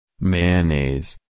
Mayonnaise